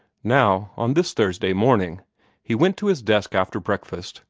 now on this thursday morning he went to his desk after breakfast,